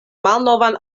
malnovan